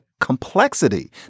complexity